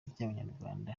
ry’abanyarwanda